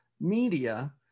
media